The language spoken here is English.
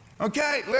Okay